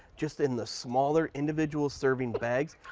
just in the smaller individual serving bag.